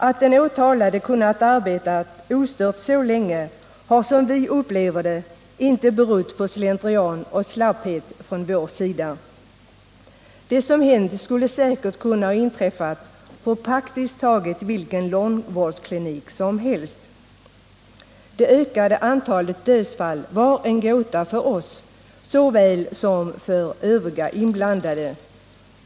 Att den åtalade kunnat arbeta ostört så länge, har som vi upplever det inte berott på slentrian och slapphet från vår sida. Det som hänt skulle säkerligen kunna ha inträffat på praktiskt taget vilken långvårdsklinik som helst. Det ökande antalet dödsfall var en gåta för oss såväl som för övriga inblandade.